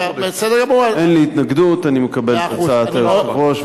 אין לי התנגדות, אני מקבל את הצעת היושב-ראש.